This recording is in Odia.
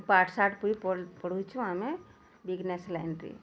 ପାଠ୍ ଶାଠ୍ ବି ପଢ଼ୁଛୁଁ ଆମେ ବିଜନେସ୍ ଲାଇନ୍ରେ